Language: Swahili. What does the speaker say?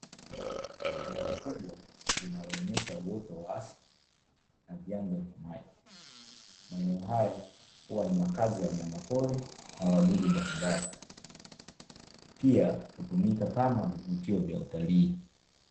Eneo kubwa linaloonyesha uoto wa asili na vyanzo vya maji. Maeneo haya huwa ni makazi ya wanyama pori na wadudu mbalimbali, pia hutumika kama vivutio vya utalii.